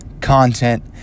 content